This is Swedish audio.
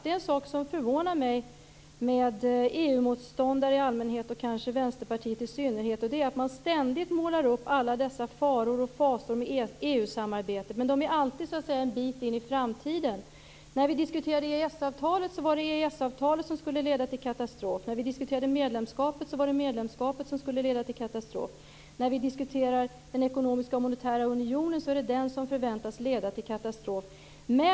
Det är en sak som förvånar mig med EU-motståndare i allmänhet och kanske vänsterpartister i synnerhet, och det är att man ständigt målar upp fasor och faror med EU samarbetet, men man är alltid en bit in i framtiden. När vi diskuterade EES-avtalet var det EES-avtalet som skulle leda till katastrof. När vi diskuterade medlemskapet var det medlemskapet som skulle leda till katastrof. När vi diskuterar den ekonomiska och monetära unionen är det den som förväntas leda till katastrof.